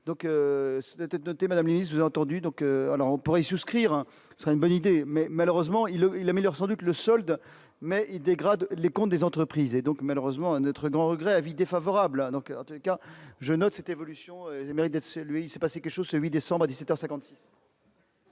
donc d'être noté Madame Lise entendu donc alors on pourrait y souscrire, c'est une bonne idée, mais malheureusement il est la meilleure, sans doute le solde mais il dégrade les comptes des entreprises et donc malheureusement à notre grand regret : avis défavorable, donc, en tout cas je note, c'est évolution et mérite d'être salué, il s'est passé quelque chose, ce 8 décembre à 17